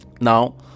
now